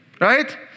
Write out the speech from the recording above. Right